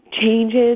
changes